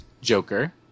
Joker